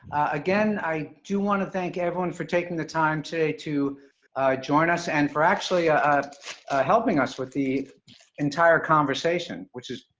again, i do want to thank everyone for taking the time today to join us and for actually ah helping us with the entire conversation, which is,